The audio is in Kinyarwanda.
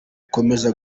ukomeza